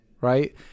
right